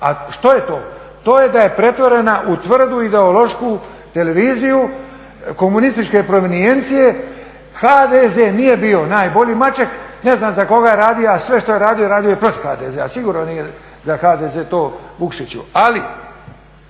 A što je to, to je da je pretvorena u tvrdu ideološku televiziju komunističke provenijencije. HDZ nije bio najbolji Maček, ne znam za koga je radio, sve što je radio radio je protiv HDZ-a, sigurno nije za HDZ to, Vukšiću. Ali